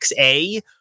XA